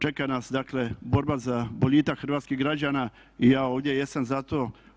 Čeka nas, dakle borba za boljitak hrvatskih građana i ja ovdje jesam za to.